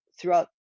throughout